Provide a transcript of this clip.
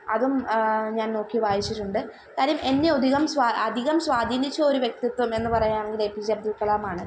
അതും ഞാന് നോക്കി വായിച്ചിട്ടുണ്ട് കാര്യം എന്നെ ഒതികം സ്വാ അധികം സ്വാധീനിച്ച ഒരു വ്യക്തിത്വം എന്നു പറയാണെങ്കില് ഏ പീ ജെ അബ്ദുള്ക്കലാമാണ്